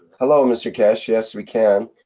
hello mr keshe, yes we can.